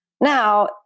Now